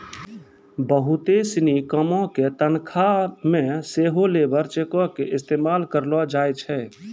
बहुते सिनी कामो के तनखा मे सेहो लेबर चेको के इस्तेमाल करलो जाय छै